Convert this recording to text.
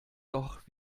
doch